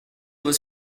was